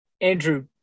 Andrew